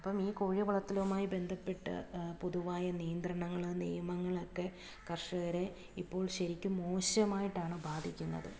ഇപ്പം ഈ കോഴിവളർത്തലുമായി ബന്ധപ്പെട്ട് പൊതുവായ നിയന്ത്രണങ്ങൾ നിയമങ്ങൾ ഒക്കെ കർഷകരെ ഇപ്പോൾ ശരിക്കും മോശമായിട്ടാണ് ബാധിക്കുന്നത്